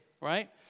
right